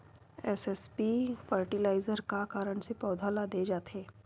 SSP fertiliser का कारण से पौधा ल दे जाथे?